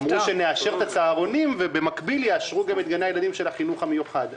אמרו שנאשר את הצהרונים ובמקביל יאשרו את גני הילדים של החינוך המיוחד.